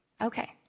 okay